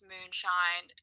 Moonshine